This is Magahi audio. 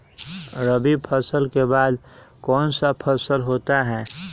रवि फसल के बाद कौन सा फसल होता है?